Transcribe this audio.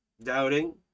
Doubting